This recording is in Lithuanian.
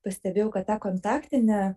pastebėjau kad tą kontaktinę